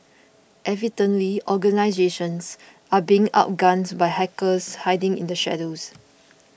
evidently organisations are being outgunned by hackers hiding in the shadows